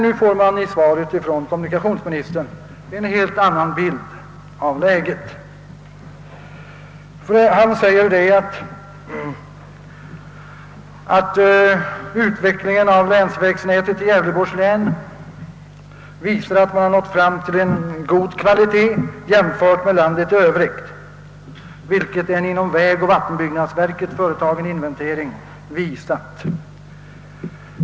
Nu får man dock i svaret från kommunikationsministern en helt annan bild av läget. Han framhåller att utvecklingen av länsvägnätet i Gävleborgs län medfört att man nått fram till en god kvalitet jämfört med landet i övrigt, vilket en inom vägoch vattenbyggnadsverket företagen inventering visar.